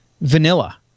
vanilla